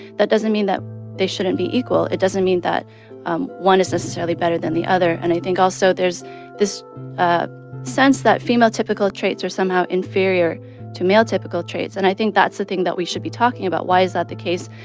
that doesn't mean that they shouldn't be equal. it doesn't mean that um one is necessarily better than the other. and i think, also, there's this ah sense that female-typical traits are somehow inferior to male-typical traits. and i think that's the thing that we should be talking about why is that the case?